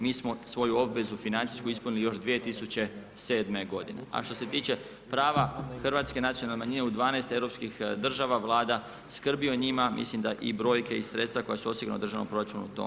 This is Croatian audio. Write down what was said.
Mi smo svoju obvezu financijsku ispunili još 2007. g. A što se tiče prava hrvatske nacionalne manjine, u 12 europskih država Vlada skrbi o njima, mislim da i brojke i sredstva koje se osgigurane u državnom proračunu, tome svjedoči.